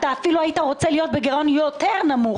אתה אפילו היית רוצה להיות בגירעון יותר נמוך.